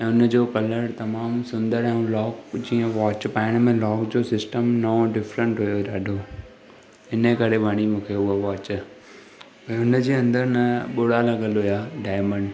ऐं हुनजो कलर तमाम सुंदर ऐं लॉक जीअं वॉच पाइण में लॉक जो सिस्टम नओं डिफरेंट हुओ ॾाढो हिन करे वणी मूंखे उहा वॉच ऐं हुनजे अंदरि न ॿुड़ा लॻल हुआ डायमंड